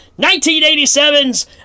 1987's